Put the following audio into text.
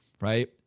right